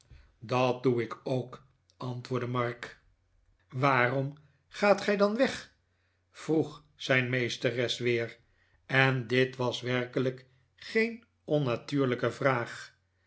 dat doe ik ook antwoordde mark waarom gaat gij dan weg vroeg zijn meesteres weer en dit was werkelijk geen onnatuurlijke vraag